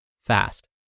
fast